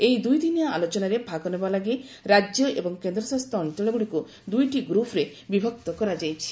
ଏହି ଦୁଇଦିନିଆ ଆଲୋଚନାରେ ଭାଗ ନେବା ଲାଗି ରାଜ୍ୟ ଏବଂ କେନ୍ଦ୍ରଶାସିତ ଅଞ୍ଚଳଗୁଡ଼ିକୁ ଦୁଇଟି ଗ୍ରୁପ୍ରେ ବିଭକ୍ତ କରାଯାଇଛି